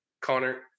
Connor